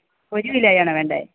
ഒരു കിലോയാണോ വേണ്ടത്